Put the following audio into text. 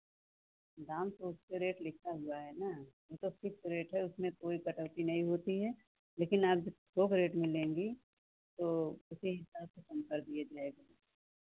दाम तो उस पर रेट लिखा हुआ है ना वो सब फिक्स रेट है उसमें कोई कटौती नहीं होती है लेकिन आब जो थोक रेट में लेंगी तो उसी हिसाब से कम कर दिये जाएंगे